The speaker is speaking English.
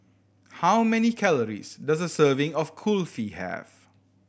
how many calories does a serving of Kulfi have